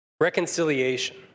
Reconciliation